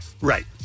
Right